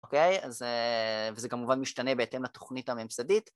אוקיי, וזה כמובן משתנה בהתאם לתכנית הממסדית.